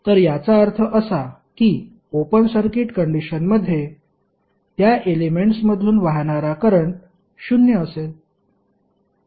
तर याचा अर्थ असा की ओपन सर्किट कंडिशनमध्ये त्या एलेमेंट्समधून वाहणारा करंट शून्य असेल